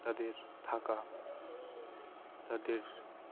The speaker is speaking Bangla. তাদের থাকা তাদের